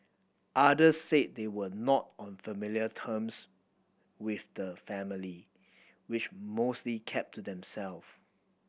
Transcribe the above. others said they were not on familiar terms with the family which mostly kept to them self